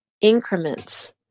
increments